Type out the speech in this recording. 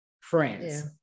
friends